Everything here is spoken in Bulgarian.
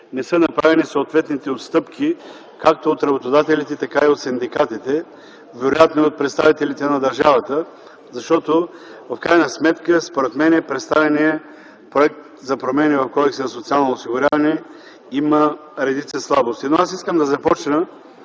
не са направени съответните отстъпки както от работодателите, така и от синдикатите, вероятно и от представителите на държавата. Защото в крайна сметка, според мен, представения проект за промени в Кодекса за социално осигуряване има редици слабости. Искам да започна